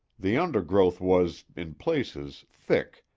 the undergrowth was, in places, thick,